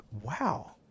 wow